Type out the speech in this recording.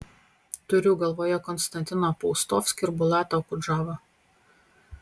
turiu galvoje konstantiną paustovskį ir bulatą okudžavą